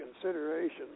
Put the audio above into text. consideration